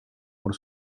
por